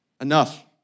Enough